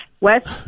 West